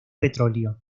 petróleo